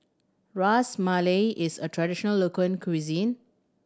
Ras Malai is a traditional local cuisine